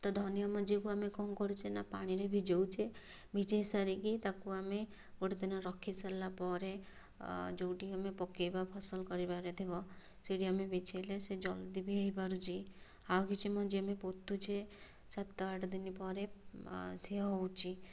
ତ ଧନିଆ ମଞ୍ଜିକୁ କ'ଣ କରୁଛେ ନା ପାଣିରେ ଭିଜଉଛେ ଭିଜେଇ ସାରିକି ତାକୁ ଆମେ ଗୋଟେ ଦିନ ରଖିସାରିଲା ପରେ ଯେଉଁଠି ଆମେ ପକେଇବା ଫସଲ କରିବାର ଥିବ ସେଇଠି ଆମେ ବିଛେଇଲେ ସେ ଜଲଦି ବି ହୋଇପାରୁଛି ଆଉ କିଛି ମଞ୍ଜି ଆମେ ପୋତୁଛେ ସାତ ଆଠ ଦିନ ପରେ ସିଏ ହେଉଛି